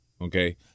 Okay